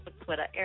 Twitter